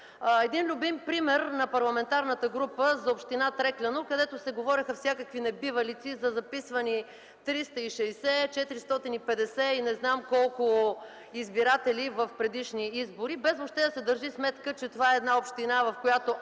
Един любим пример на парламентарната група за община Трекляно, за която се говореха всякакви небивалици – записвани 360, 450 и не знам колко избиратели в предишни избори, без въобще да се държи сметка, че това е една община, в която